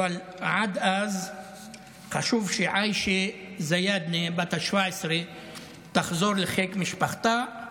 אבל עד אז חשוב שעאישה אל-זיאדנה בת ה-17 תחזור לחיק משפחתה,